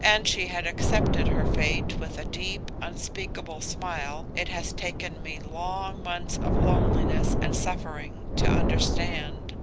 and she had accepted her fate with a deep unspeakable smile it has taken me long months of loneliness and suffering to understand.